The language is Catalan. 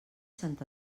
sant